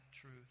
truth